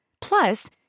Plus